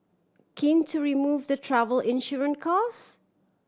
keen to remove the travel insurance cost